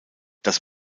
das